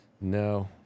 No